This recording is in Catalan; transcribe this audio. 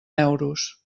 euros